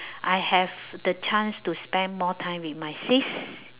I have the chance to spend more time with my sis